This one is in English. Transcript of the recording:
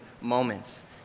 moments